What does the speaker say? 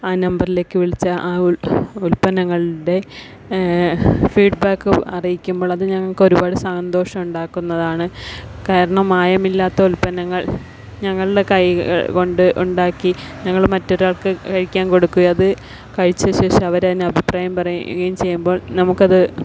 ആ നമ്പറിലേക്ക് വിളിച്ച് ആ ഉൽപ്പന്നങ്ങളുടെ ഫീഡ്ബാക്ക് അറിയിക്കുമ്പോള് അത് ഞങ്ങള്ക്ക് ഒരുപാട് സന്തോഷം ഉണ്ടാക്കുന്നതാണ് കാരണം മായം ഇല്ലാത്ത ഉൽപ്പന്നങ്ങൾ ഞങ്ങളുടെ കൈകൊണ്ട് ഉണ്ടാക്കി ഞങ്ങൾ മറ്റൊരാൾക്ക് കഴിക്കാൻ കൊടുക്കുകയും അത് കഴിച്ച ശേഷം അവർ അതിനു അഭിപ്രായം പറയുകയും ചെയ്യുമ്പോൾ നമുക്കത്